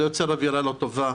זה יוצר אווירה לא טובה,